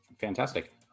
Fantastic